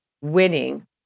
winning